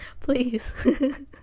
Please